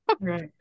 Right